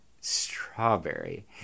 strawberry